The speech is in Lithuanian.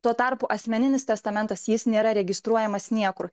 tuo tarpu asmeninis testamentas jis nėra registruojamas niekur